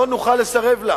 לא נוכל לסרב לה.